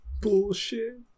Bullshit